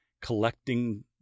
collecting